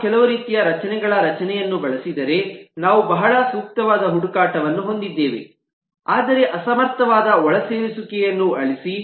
ನಾವು ಕೆಲವು ರೀತಿಯ ರಚನೆಗಳ ರಚನೆಯನ್ನು ಬಳಸಿದರೆ ನಾವು ಬಹಳ ಸೂಕ್ತವಾದ ಹುಡುಕಾಟವನ್ನು ಹೊಂದಿದ್ದೇವೆ ಆದರೆ ಅಸಮರ್ಥವಾದ ಒಳಸೇರಿಸುವಿಕೆಯನ್ನು ಅಳಿಸಿ